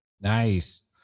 Nice